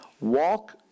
walk